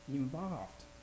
involved